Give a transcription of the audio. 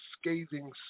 scathing